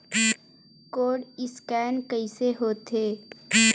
Code scan कइसे होथे?